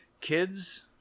Kids